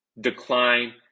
decline